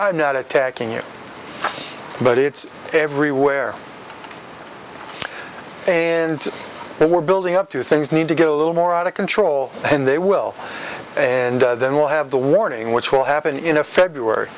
i'm not attacking you but it's everywhere and they were building up to things need to get a little more out of control and they will and then we'll have the warning which will happen in a feb